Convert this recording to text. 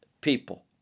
people